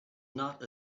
not